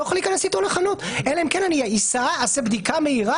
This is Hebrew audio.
אני לא יכול להיכנס אתו לחנות אלא אם כן אני אעשה לו בדיקה מהירה.